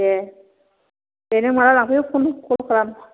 दे दे नों माब्ला लांफैयो फन कल खालाम